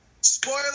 Spoiler